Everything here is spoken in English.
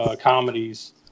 comedies